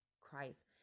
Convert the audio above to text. Christ